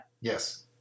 Yes